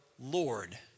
Lord